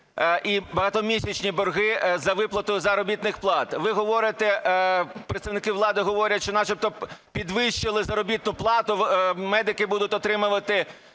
і багатомісячні борги за виплату заробітних плат. Ви говорите, представники влади говорять, що начебто підвищили заробітну плату, медики будуть отримувати